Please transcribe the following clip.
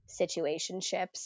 situationships